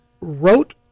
wrote